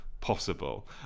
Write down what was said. possible